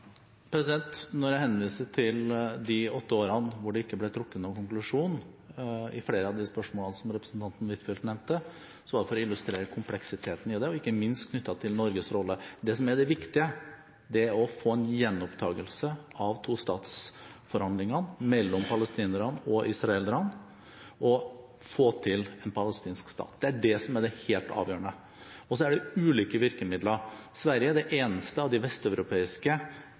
Når jeg henviste til de åtte årene da det ikke ble trukket noen konklusjon i flere av de spørsmålene som representanten Huitfeldt nevnte, var det for å illustrere kompleksiteten i det, ikke minst knyttet til Norges rolle. Det som er det viktige, er å få en gjenopptakelse av tostatsforhandlingene mellom palestinerne og israelerne og å få til en palestinsk stat. Det er det som er det helt avgjørende. Så er det ulike virkemidler. Sverige er det eneste av de vesteuropeiske